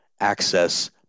access